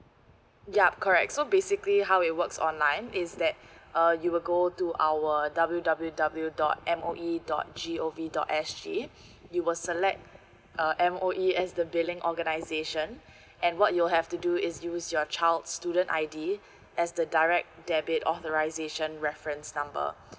ya correct so basically how it works online is that uh you will go to our W W W dot M O E dot G O V dot S G you will select uh M_O_E as the billing organisation and what you'll have to do is use your child's student I_D as the direct debit authorisation reference number